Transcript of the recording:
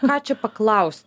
ką čia paklaust